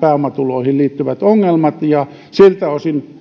pääomatuloihin liittyvät ongelmat ja siltä osin